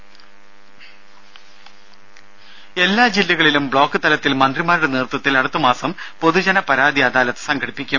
രംഭ എല്ലാ ജില്ലകളിലും ബ്ലോക്ക് തലത്തിൽ മന്ത്രിമാരുടെ നേതൃത്വത്തിൽ അടുത്ത മാസം പൊതുജന പരാതി അദാലത്ത് സംഘടിപ്പിക്കും